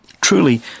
Truly